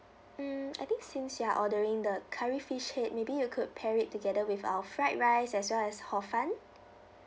mm I think since you're ordering the curry fish head maybe you could pair it together with our fried rice as well as hor fun